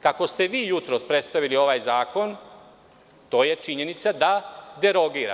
Kako ste vi jutros predstavili ovaj zakon, to je činjenica da derogira.